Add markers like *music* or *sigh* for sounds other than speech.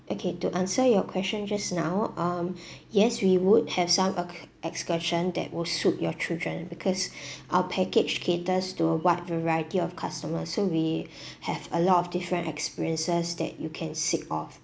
okay to answer your question just now um *breath* yes we would have some ac~ excursion that will suit your children because *breath* our package caters to a wide variety of customer so we *breath* have a lot of different experiences that you can seek of